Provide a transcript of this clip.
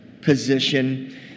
position